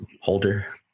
holder